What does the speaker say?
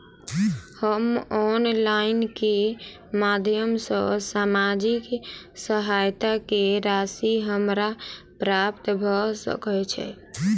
हम ऑनलाइन केँ माध्यम सँ सामाजिक सहायता केँ राशि हमरा प्राप्त भऽ सकै छै?